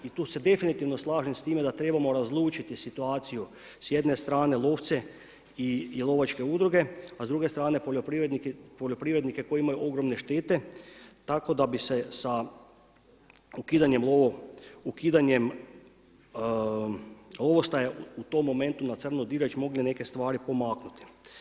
I tu se definitivno slažem s time da trebamo razlučiti situaciju s jedne strane lovce i lovačke udruge, a s druge strane poljoprivrednike koje imaju ogromne štete, tako da bi se sa ukidanjem lovostaja u tom momentu na crno … moli neke stvari pomaknuti.